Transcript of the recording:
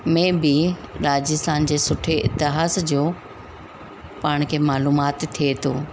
में बि राजस्थान जे सुठे इतिहास जो पाण खे मइलूमात थिए थो